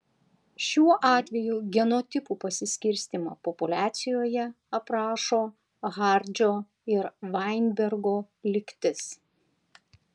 šiuo atveju genotipų pasiskirstymą populiacijoje aprašo hardžio ir vainbergo lygtis